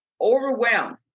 overwhelmed